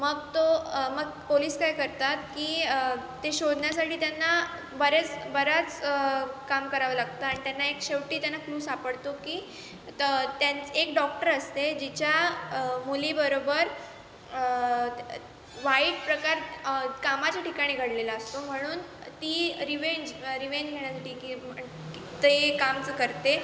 मग तो मग पोलिस काय करतात की ते शोधण्यासाठी त्यांना बरेच बऱ्याच काम करावं लागतं आणि त्यांना एक शेवटी त्यांना क्लू सापडतो की तर त्यां एक डॉक्टर असते जिच्या मुलीबरोबर वाईट प्रकार कामाच्या ठिकाणी घडलेला असतो म्हणून ती रिवेंज रिवेंज घेण्यासाठी की ते काम च् करते